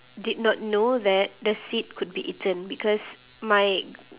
did not know that the seed could be eaten because my